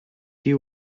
you